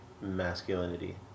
masculinity